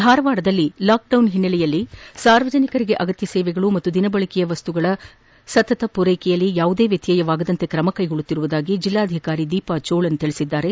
ಧಾರವಾಡದಲ್ಲಿ lockdown ಹಿನ್ನೆಲೆಯಲ್ಲಿ ಸಾರ್ವಜನಿಕರಿಗೆ ಅಗತ್ಯ ಸೇವೆಗಳು ಹಾಗೂ ದಿನಬಳಕೆಯ ವಸ್ತುಗಳ ಪೂರೈಕೆಯಲ್ಲಿ ಯಾವುದೇ ವ್ಯತ್ಯಯ ಉಂಟಾಗದಂತೆ ಕ್ರಮ ಕೈಗೊಳ್ಳುತ್ತಿರುವುದಾಗಿ ಜಿಲ್ಲಾಧಿಕಾರಿ ದೀಪಾ ಜೋಳನ್ ತಿಳಿಸಿದ್ದಾರೆ